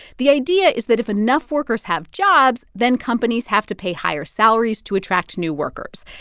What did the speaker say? the idea is that if enough workers have jobs, then companies have to pay higher salaries to attract new workers.